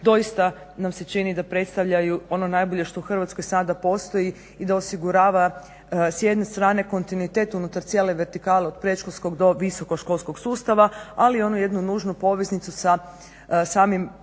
doista nam se čini da predstavljaju ono najbolje što u Hrvatskoj sada postoji i da osigurava s jedne strane kontinuitet unutar cijele vertikale od predškolskog do visoko školskog sustava, ali i onu jednu nužnu poveznicu sa samim ne toliko